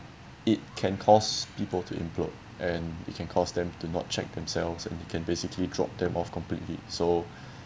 it can cause people to implode and it can cause them to not check themselves and you can basically drop them off completely so